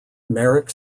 marek